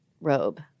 robe